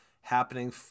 happening